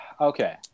okay